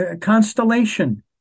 constellation